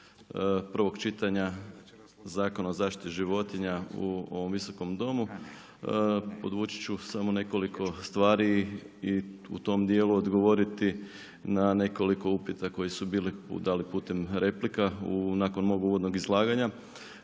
prvog čitanja Zakona o zaštiti životinja u ovom Visokom domu podvući ću samo nekoliko stvari i u tom dijelu odgovoriti na nekoliko upita koji su bili da li putem replika nakon mog uvodnog izlaganja